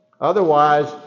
Otherwise